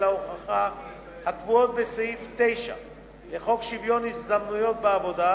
ההוכחה הקבועות בסעיף 9 לחוק שוויון ההזדמנויות בעבודה,